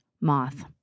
moth